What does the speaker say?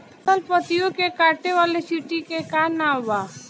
फसल पतियो के काटे वाले चिटि के का नाव बा?